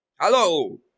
Hello